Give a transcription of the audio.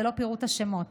ללא פירוט השמות,